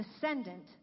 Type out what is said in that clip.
descendant